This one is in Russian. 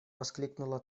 воскликнула